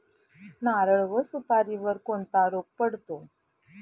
नारळ व सुपारीवर कोणता रोग पडतो?